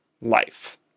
life